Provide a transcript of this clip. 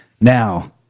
Now